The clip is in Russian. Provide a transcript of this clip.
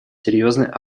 серьезной